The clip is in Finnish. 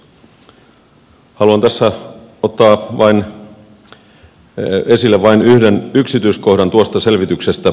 haluan tässä ottaa esille vain yhden yksityiskohdan tuosta selvityksestä